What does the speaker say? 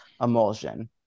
emulsion